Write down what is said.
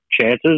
chances